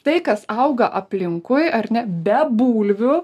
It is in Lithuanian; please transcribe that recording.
tai kas auga aplinkui ar ne be bulvių